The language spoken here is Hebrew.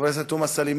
חברת הכנסת תומא סלימאן,